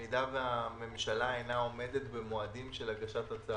אם הממשלה לא עומדת במועדים של הגשת התקציב.